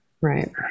Right